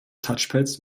touchpads